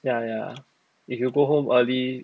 ya ya if you go home early